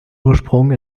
ursprung